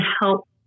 help